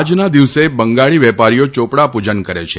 આજના દિવસે બંગાળી વેપારીઓ ચોપડા પુજન કરે છે